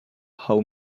how